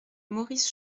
maurice